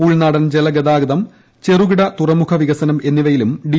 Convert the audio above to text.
ഉൾനാടൻ ജലഗതാഗത ചെറുകിട തുറമുഖ വികസനം എന്നിവയിലും ഡി